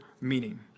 meaning